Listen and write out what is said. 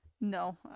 No